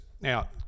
Now